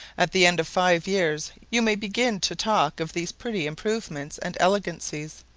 at the end of five years you may begin to talk of these pretty improvements and elegancies,